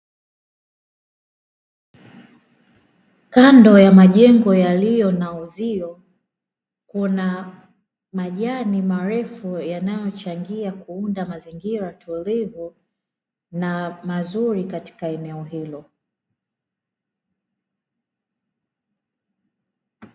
Kando ya majengo yaliyo na uzio, kuna majani marefu yanayochangia kuunda mazingira tulivu na mazuri katika eneo hilo.